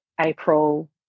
april